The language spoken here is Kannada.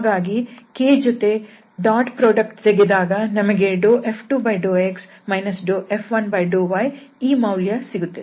ಹಾಗಾಗಿ k ಜೊತೆ ಡಾಟ್ ಪ್ರಾಡಕ್ಟ್ ತೆಗೆದಾಗ ನಮಗೆ F2∂x F1∂y ಈ ಮೌಲ್ಯ ಸಿಗುತ್ತದೆ